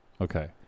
okay